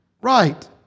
Right